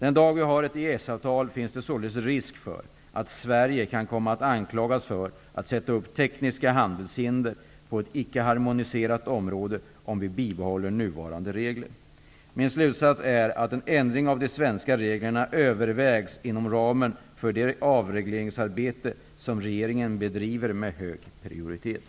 En omständighet som måste vägas in är att Sverige inom ramen för ett EES-avtal kan komma att anklagas för att sätta upp tekniska handelshinder på ett icke harmoniserat område. Inom regeringskansliet pågår ett arbete med att se över regler av olika slag för att se om de är nödvändiga. Detta avregleringsarbete bedriver regeringen med hög prioritet.